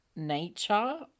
Nature